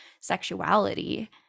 sexuality